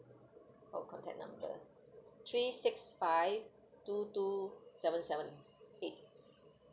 oh contact number three six five two two seven seven eight